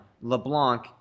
LeBlanc